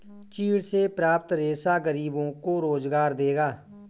चीड़ से प्राप्त रेशा गरीबों को रोजगार देगा